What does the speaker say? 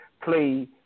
play